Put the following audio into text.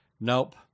nope